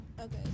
Okay